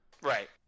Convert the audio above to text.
Right